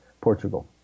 Portugal